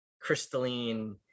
crystalline